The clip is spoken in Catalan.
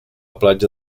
platja